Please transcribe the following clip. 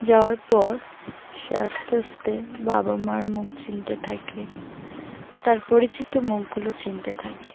যাওয়ার পর সে আস্তে আস্তে বাবা মার মুখ চিনতে থাকে তার পরিচিত মুখগুলো চিনতে থাকে